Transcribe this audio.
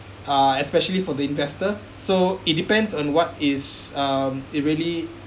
uh especially for the investor so it depends on what is um it really